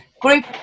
group